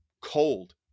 cold